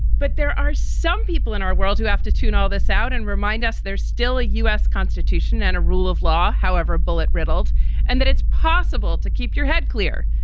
but there are some people in our world who have to tune all this out and remind us there's still a u s. constitution and a rule of law. however, a bullet riddled and that it's possible to keep your head clear.